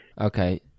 Okay